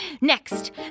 Next